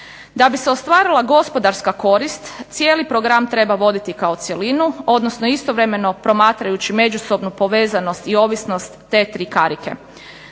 Da bi se ostvarila gospodarska korist cijeli program treba voditi kao cjelinu, odnosno istovremeno promatrajući međusobnu povezanosti i ovisnost te tri karike.